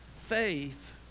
faith